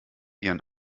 ihren